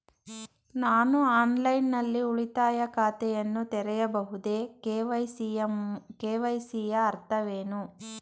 ನಾನು ಆನ್ಲೈನ್ ನಲ್ಲಿ ಉಳಿತಾಯ ಖಾತೆಯನ್ನು ತೆರೆಯಬಹುದೇ? ಕೆ.ವೈ.ಸಿ ಯ ಅರ್ಥವೇನು?